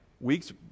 weeks